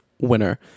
winner